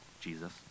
Jesus